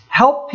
help